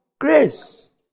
Grace